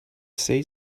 say